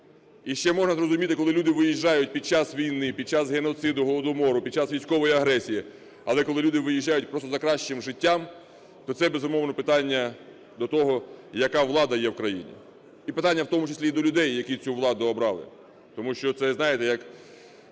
Ще можна зрозуміти, коли люди виїжджають під час війни, під час геноциду, голодомору, під час військової агресії. Але коли люди виїжджають просто за кращим життям, то це, безумовно, питання до того, яка влада є в Україні і питання в тому числі і до людей, які цю владу обрали. Тому що це, знаєте, як